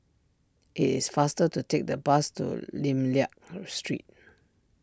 it is faster to take the bus to Lim Liak Street